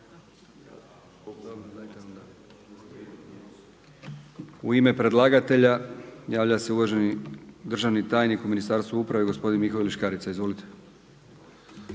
U ime predlagatelja javlja se uvaženi državni tajnik u Ministarstvu uprave gospodin Mihovil Škarica. Izvolite.